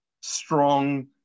strong